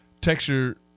Texture